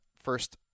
first